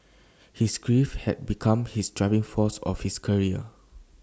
his grief had become his driving force of his career